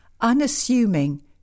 unassuming